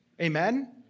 Amen